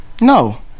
no